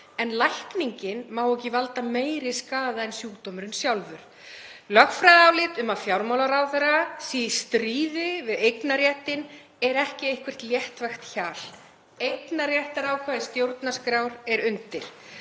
en lækningin má ekki valda meiri skaða en sjúkdómurinn sjálfur. Lögfræðiálit um að fjármálaráðherra sé í stríði við eignarréttinn er ekki eitthvert léttvægt hjal. Eignarréttarákvæði stjórnarskrár er undir.